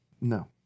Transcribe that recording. No